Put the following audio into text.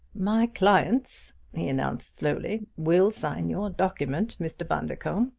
my clients, he announced slowly, will sign your document, mr. bundercombe.